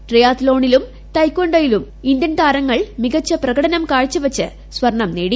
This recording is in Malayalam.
ട്രയാത്ത് ലോണിലും തായ് കാണ്ടോയിലും ഇന്ത്യൻ താരങ്ങൾ മികച്ച പ്രകടനം കാഴ്ചവച്ച് സ്വർണ്ണം നേടി